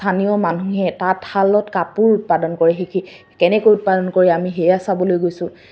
স্থানীয় মানুহে তাত শালত কাপোৰ উৎপাদন কৰে সেইখিনি কেনেকৈ উৎপাদন কৰি আমি সেয়া চাবলৈ গৈছোঁ